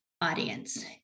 audience